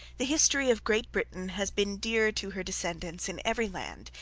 the history of great britain has been dear to her descendants in every land,